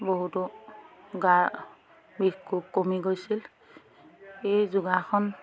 বহুতো গাৰ বিষ কোষ কমি গৈছিল এই যোগাসান